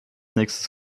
nächstes